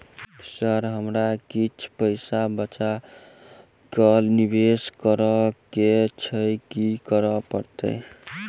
Sir हमरा किछ पैसा बचा कऽ निवेश करऽ केँ छैय की करऽ परतै?